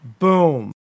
boom